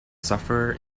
sufferer